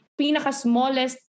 pinaka-smallest